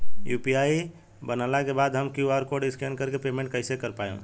UPI बनला के बाद हम क्यू.आर कोड स्कैन कर के पेमेंट कइसे कर पाएम?